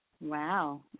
Wow